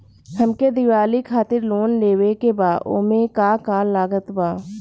हमके दिवाली खातिर लोन लेवे के बा ओमे का का लागत बा?